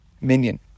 minion